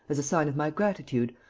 as a sign of my gratitude,